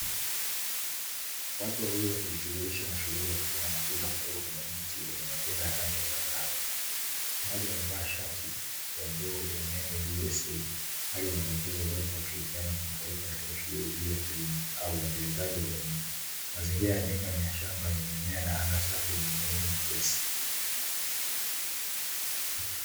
Watu wawili wakijishughulisha na shughuli ya kuvuna matunda, kutoka kwenye mti wa matunda ya rangi ya zambarau. Mmoja amevaa shati ya bluu yenye nembo "USAID", hali inayodokeza uwepo wa ushirikiano wa kimataifa katika shughuli hii ya kilimo au uendelezaji wa jamii. Mazingira ya nyumba ni ya shamba yenye mimea na anga safi na mawingu mepesi.